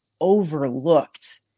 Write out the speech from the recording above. overlooked